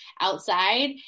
outside